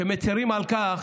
שמצירים על כך